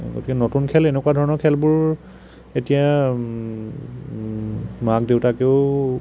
গতিকে নতুন খেল এনেকুৱা ধৰণৰ খেলবোৰ এতিয়া মাক দেউতাকেও